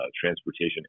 transportation